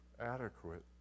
Adequate